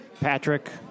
Patrick